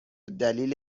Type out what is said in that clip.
دلیل